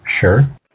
Sure